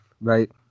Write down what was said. right